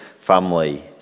family